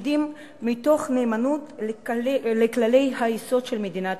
תפקידים מתוך נאמנות לכללי היסוד של מדינת